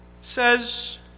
says